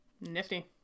nifty